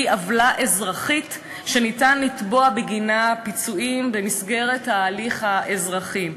היא עוולה אזרחית שאפשר לתבוע בגינה פיצויים במסגרת הליך אזרחי.